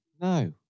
No